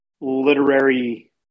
literary